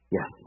Yes